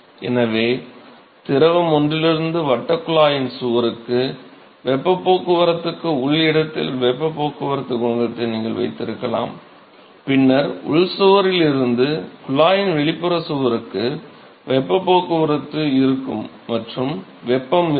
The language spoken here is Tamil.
எனவே திரவம் ஒன்றிலிருந்து வட்டக் குழாயின் சுவருக்கு வெப்பப் போக்குவரத்துக்கு உள் இடத்தில் வெப்பப் போக்குவரத்துக் குணகத்தை நீங்கள் வைத்திருக்கலாம் பின்னர் உள் சுவரில் இருந்து குழாயின் வெளிப்புறச் சுவருக்கு வெப்பப் போக்குவரத்து இருக்கும் மற்றும் வெப்பம் இருக்கும்